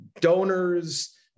donors